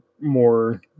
more